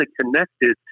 connected